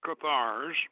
Cathars